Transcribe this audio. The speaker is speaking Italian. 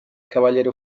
cavaliere